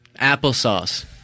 Applesauce